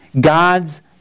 God's